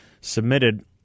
Submitted